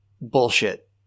Bullshit